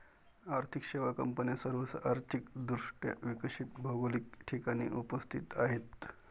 आर्थिक सेवा कंपन्या सर्व आर्थिक दृष्ट्या विकसित भौगोलिक ठिकाणी उपस्थित आहेत